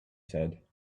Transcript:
said